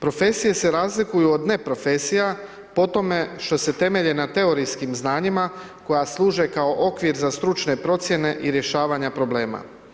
Profesije se razlikuju od ne profesija po tome što se temelje na teorijskim znanjima koja služe kao okvir za stručne procjene i rješavanja problema.